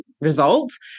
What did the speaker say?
results